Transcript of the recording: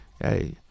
hey